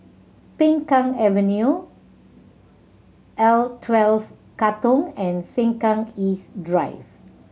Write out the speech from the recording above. Peng Kang Avenue L Twelve Katong and Sengkang East Drive